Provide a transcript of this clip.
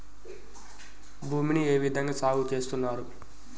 భూమిని ఏ విధంగా సాగు చేస్తున్నారు?